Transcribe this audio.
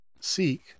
seek